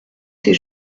ces